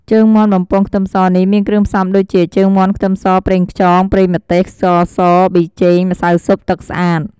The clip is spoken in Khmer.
ជើងមាន់បំពងខ្ទឹមសនេះ មានគ្រឿងផ្សំដូចជា ជើងមាន់ ខ្ទឹមស ប្រេងខ្យង ប្រេងម្ទេស ស្ករស ប៊ីចេង ម្សៅស៊ុប ទឹកស្អាត។